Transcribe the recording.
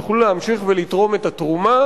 יוכלו להמשיך ולתרום את התרומה,